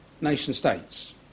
nation-states